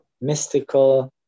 mystical